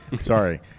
sorry